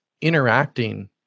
interacting